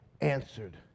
answered